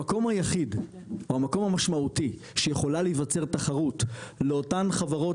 המקום המשמעותי שיכולה להיווצר בו תחרות לאותן חברות